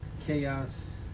chaos